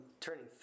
turning